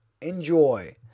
Enjoy